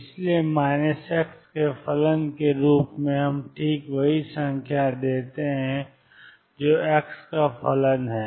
इसलिए x के फलन के रूप में हम ठीक वही संख्या देते हैं जो x का फलन है